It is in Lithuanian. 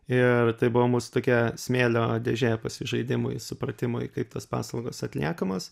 ir tai buvo mūsų tokia smėlio dėžė pasižaidimui supratimui kaip tos paslaugos atliekamos